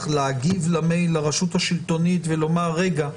להגיב למייל לרשות השלטונית ולומר: רגע,